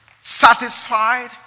satisfied